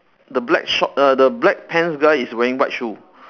the black short err the black pants guy is wearing white shoe